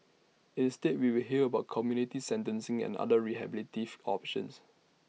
instead we will hear about community sentencing and other rehabilitative options